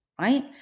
right